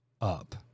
up